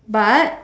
but